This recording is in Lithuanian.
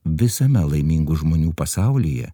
visame laimingų žmonių pasaulyje